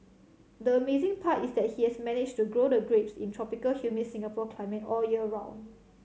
the amazing part is that he has managed to grow the grapes in tropical humid Singapore climate all year round